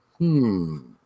-hmm